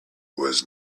was